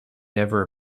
never